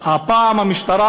הפעם המשטרה,